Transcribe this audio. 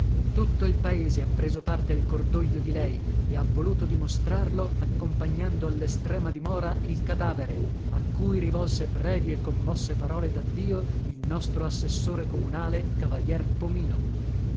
tutto il paese ha preso parte al cordoglio di lei e ha voluto dimostrarlo accompagnando allestrema dimora il cadavere a cui rivolse brevi e commosse parole daddio il nostro assessore comunale cav pomino